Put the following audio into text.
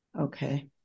Okay